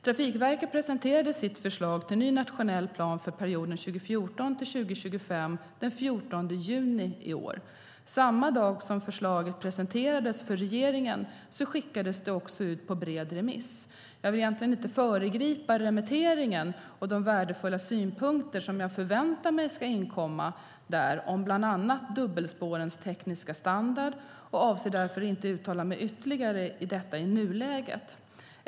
Trafikverket presenterade sitt förslag till ny nationell plan för perioden 2014-2025 den 14 juni i år. Samma dag som förslaget presenterades för regeringen skickades det också ut på en bred remiss. Jag vill egentligen inte föregripa remitteringen och de värdefulla synpunkter som jag förväntar mig ska inkomma där om bland annat dubbelspårens tekniska standard och avser därför inte att uttala mig ytterligare i detta i nuläget.